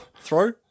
throw